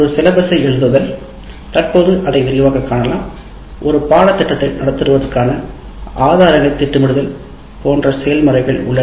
ஒரு பாடத்திட்டத்தை எழுதுதல் தற்போது அதை விரிவாகக் காணலாம் ஒரு பாடத்திட்டத்தை நடத்துவதற்கான ஆதாரங்களைத் திட்டமிடுதல் தொண்டை செயல்முறைகள் உள்ளன